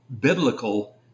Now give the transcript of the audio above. biblical